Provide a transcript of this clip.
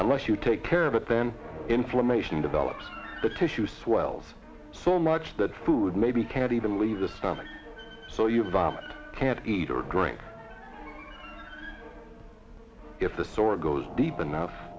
unless you take care of it then inflammation develops the tissue swells so much that food maybe can't even leave the stomach so you vomit can't eat or drink if the sore goes deep enough